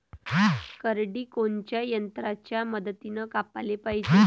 करडी कोनच्या यंत्राच्या मदतीनं कापाले पायजे?